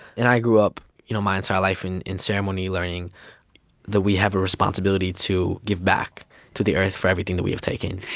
and i grew up you know my entire life in in ceremony, learning that we have a responsibility to give back to the earth for everything that we have taken.